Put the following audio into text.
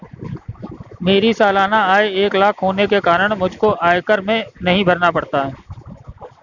मेरी सालाना आय एक लाख होने के कारण मुझको आयकर नहीं भरना पड़ता